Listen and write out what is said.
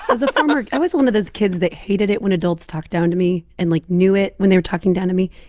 as a former i was one of those kids that hated it when adults talked down to me and, like, knew it when they were talking down to me.